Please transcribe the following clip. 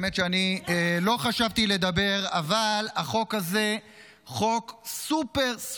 האמת שאני לא חשבתי לדבר אבל החוק הזה הוא חוק סופר-סופר-חשוב,